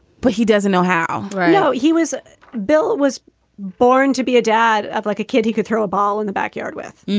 but he doesn't know how i know he was bill was born to be a dad of like a kid he could throw a ball in the backyard with.